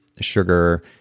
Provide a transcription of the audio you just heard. sugar